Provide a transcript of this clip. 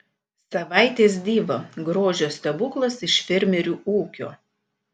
savaitės diva grožio stebuklas iš fermerių ūkio